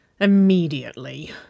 immediately